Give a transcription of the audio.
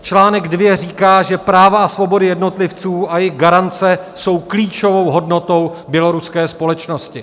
Článek 2 říká, že práva a svobody jednotlivců a jejich garance jsou klíčovou hodnotou běloruské společnosti.